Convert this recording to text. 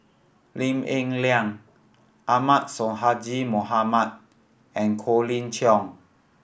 Lim Eng Liang Ahmad Sonhadji Mohamad and Colin Cheong